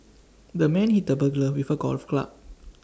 the man hit the burglar with A golf club